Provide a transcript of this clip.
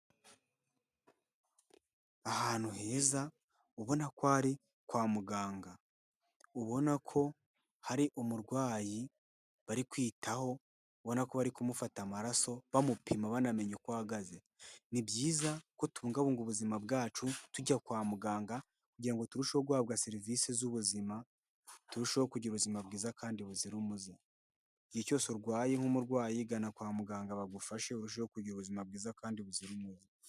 Ahantu heza ubona ko ari kwa muganga. Ubona ko hari umurwayi bari kwitaho. Ubona ko bari kumufata amaraso, bamupima banamenya uko ahagaze. Ni byiza kubungabunga ubuzima bwacu tujya kwa muganga kugira ngo turusheho guhabwa serivisi z'ubuzima, turusheho kugira ubuzima bwiza kandi buzira umuze. Igihe cyose urwaye nk'umurwayi gana kwa muganga bagufashe, urusheho kugira ubuzima bwiza kandi buzira umuze.